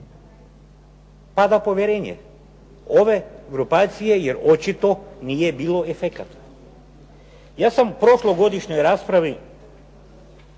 Pada povjerenje ove grupacije jer očito nije bilo efekata. Ja sam prošlogodišnjoj raspravi